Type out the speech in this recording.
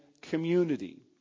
community